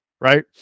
right